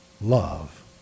love